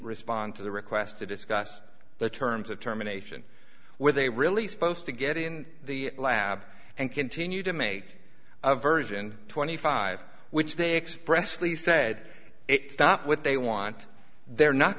respond to the request to discuss the terms of terminations were they really supposed to get in the lab and continue to make version twenty five which they express lee said it's not what they want they're not